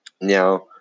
Now